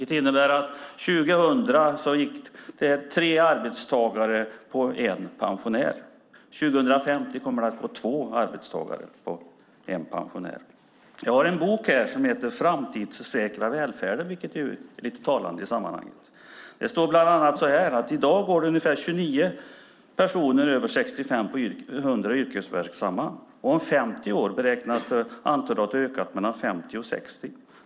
Det innebär att det år 2000 gick tre arbetstagare på en pensionär. År 2050 kommer det att gå två arbetstagare på en pensionär. Jag har här en bok som heter Framtidssäkra välfärden , som är lite talande i sammanhanget. Där står bland annat: I dag går det ungefär 29 personer över 65 på 100 yrkesverksamma. Om femtio år beräknas antalet ha ökat till mellan 50 och 60.